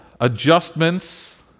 adjustments